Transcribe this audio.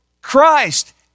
Christ